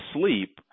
sleep